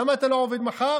למה אתה לא עובד מחר?